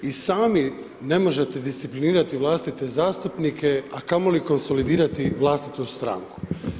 I sami ne možete disciplinirati vlastite zastupnike, a kamoli konsolidirati vlastitu stranku.